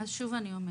אני שוב אומרת,